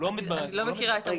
אני לא מכירה את המוצר.